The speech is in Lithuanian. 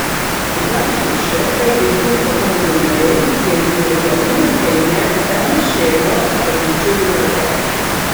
garsūs šefai ir jų komandų nariai jeigu ir gamina tai nebent šeimos ar bičiulių rate